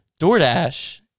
DoorDash